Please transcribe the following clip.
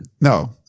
No